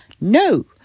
No